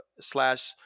slash